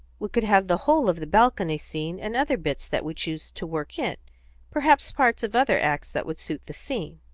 we could have the whole of the balcony scene, and other bits that we choose to work in perhaps parts of other acts that would suit the scene.